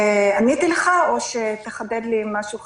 עניתי לך או שתחדד לי אם משהו חסר?